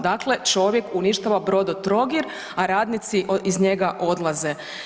Dakle, čovjek uništava Brodotrogir, a radnici iz njega odlaze.